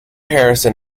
harrison